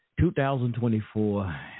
2024